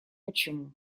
почему